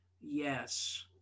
Yes